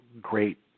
great